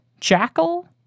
jackal